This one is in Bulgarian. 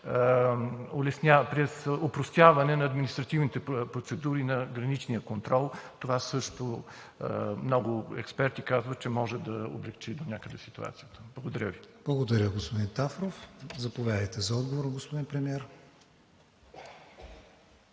през опростяване на административните процедури на граничния контрол, а това също много експерти казват, че може да облекчи донякъде ситуацията. Благодаря Ви. ПРЕДСЕДАТЕЛ КРИСТИАН ВИГЕНИН: Благодаря, господин Тафров. Заповядайте за отговор, господин Премиер.